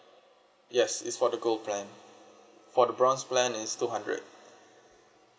yes it's for the gold plan for the bronze plan is two hundred